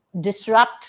disrupt